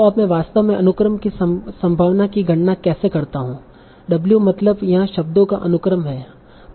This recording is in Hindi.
तो अब मैं वास्तव में अनुक्रम की संभावना की गणना कैसे करता हूं w मतलब यहां शब्दों का अनुक्रम है